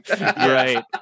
Right